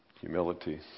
Humility